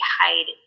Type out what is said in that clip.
hide